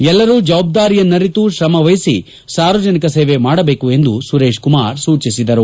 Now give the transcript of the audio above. ಎಲ್ಲರೂ ಜವಾಬ್ದಾರಿಯನ್ನರಿತು ಶ್ರಮ ವಹಿಸಿ ಸಾರ್ವಜನಿಕ ಸೇವೆ ಮಾಡಬೇಕು ಎಂದು ಸುರೇಶ್ ಕುಮಾರ್ ಸೂಚಿಸಿದರು